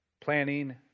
planning